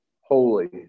holy